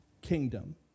kingdom